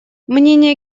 мнения